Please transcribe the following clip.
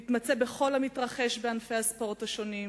מתמצא בכל המתרחש בענפי הספורט השונים,